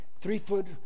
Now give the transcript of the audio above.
three-foot